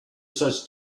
such